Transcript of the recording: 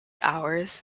hours